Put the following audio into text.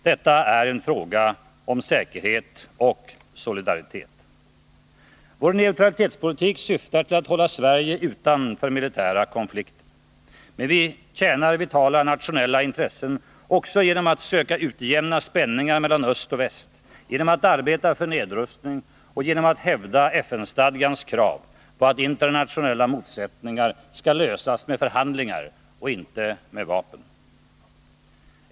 Detta är en fråga om säkerhet och solidaritet. Vår neutralitetspolitik syftar till att hålla Sverige utanför militära konflikter. Man vi tjänar vitala nationella intressen också genom att söka utjämna spänningar mellan öst och väst, genom att arbeta för nedrustning och genom att hävda FN-stadgans krav på att internationella motsättningar skall lösas med förhandlingar och inte med vapen.